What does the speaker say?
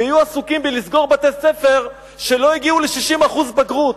ויהיו עסוקים בלסגור בתי-ספר שלא הגיעו ל-60% בגרות.